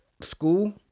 school